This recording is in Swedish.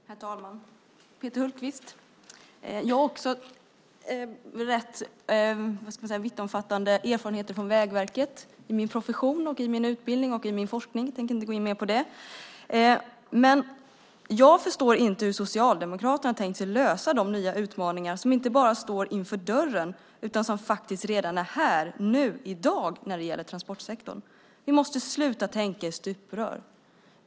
Herr talman! Peter Hultqvist! Jag har också rätt vittomfattande erfarenheter från Vägverket i min profession, utbildning och forskning. Jag tänker inte gå in på mer det. Jag förstår inte hur Socialdemokraterna har tänkt sig att lösa de nya utmaningar inom transportsektorn som inte bara står för dörren, utan faktiskt är här redan i dag. Vi måste sluta tänka i stuprör.